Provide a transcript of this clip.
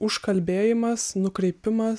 užkalbėjimas nukreipimas